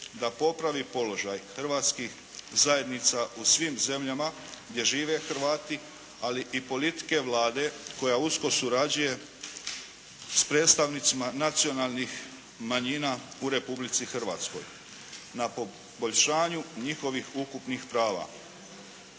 da popravi položaj hrvatskih zajednica u svim zemljama gdje žive Hrvati ali i politike Vlade koja usko surađuje s predstavnicima nacionalnih manjina u Republici Hrvatskoj na poboljšanju njihovih ukupnih prava